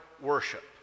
worship